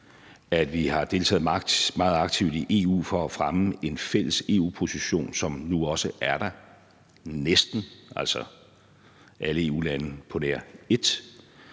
at vi har deltaget meget aktivt i EU for at fremme en fælles EU-position, som nu også er der – næsten, altså alle EU-lande på nær ét